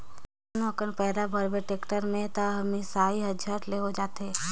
कतनो अकन पैरा भरबे टेक्टर में त मिसई हर झट ले हो जाथे